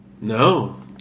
No